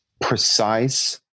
precise